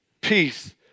peace